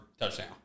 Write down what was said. touchdown